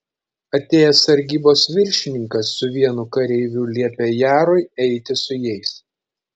atėjęs sargybos viršininkas su vienu kareiviu liepė jarui eiti su jais